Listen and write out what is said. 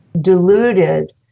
deluded